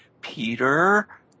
Peter